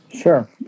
Sure